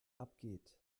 abgeht